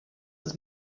ist